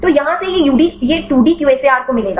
तो यहाँ ये 2D QSAR को मिलेगा